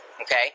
Okay